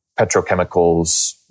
petrochemicals